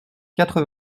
quatre